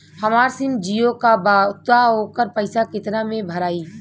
हमार सिम जीओ का बा त ओकर पैसा कितना मे भराई?